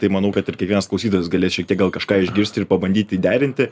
tai manau kad ir kiekvienas klausytojas galės šiek tiek gal kažką išgirsti ir pabandyti derinti